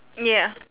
ya